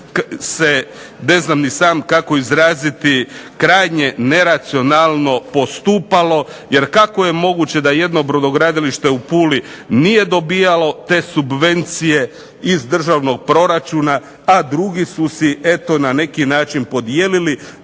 se, ne znam ni sam kako izraziti, krajnje neracionalno postupalo, jer kako je moguće da jedno brodogradilište u Puli nije dobijalo te subvencije iz državnog proračuna, a drugi su si eto na neki način podijelili 28 milijardi kuna,